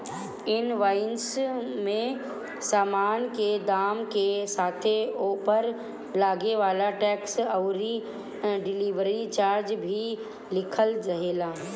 invoice में सामान के दाम के साथे ओपर लागे वाला टेक्स अउरी डिलीवरी चार्ज भी लिखल रहेला